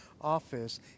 office